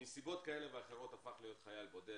שמסיבות כאלה ואחרות הפך להיות חייל בודד,